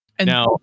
Now